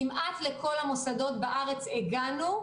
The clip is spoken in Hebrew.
כמעט לכל המוסדות בארץ הגענו.